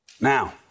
Now